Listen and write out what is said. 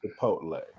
Chipotle